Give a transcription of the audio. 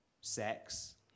sex